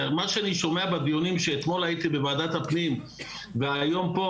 מה שאני שומע בדיונים שאתמול הייתי בוועדת הפנים והיום פה,